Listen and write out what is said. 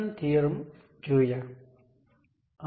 બે પોર્ટ શું છે